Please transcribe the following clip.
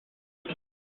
ever